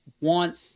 want